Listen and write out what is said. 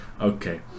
Okay